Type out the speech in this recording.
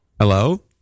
Hello